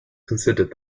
considered